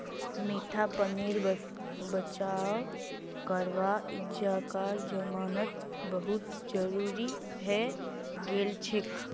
मीठा पानीर बचाव करवा अइजकार जमानात बहुत जरूरी हैं गेलछेक